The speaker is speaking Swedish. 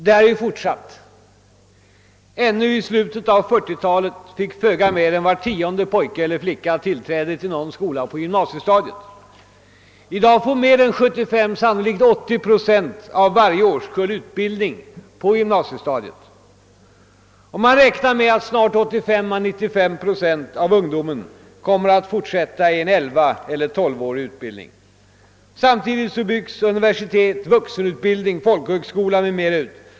Ännu i slutet av 1940-talet fick föga mer än var tionde pojke eller flicka tillfälle till någon skola på gymnasiestadiet. I dag får mer än 75 procent — sannolikt 80 procent — av varje årskull utbildning på gymnasiestadiet, och man räknar med att snart 85—95 procent av ungdomen kommer att fortsätta i en elvaårig eller tolvårig utbildning. Samtidigt byggs universiteten, vuxenutbildningen, högskolan m.m. ut.